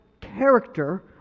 character